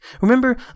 Remember